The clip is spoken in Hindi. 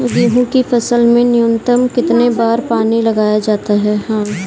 गेहूँ की फसल में न्यूनतम कितने बार पानी लगाया जाता है?